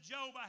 Job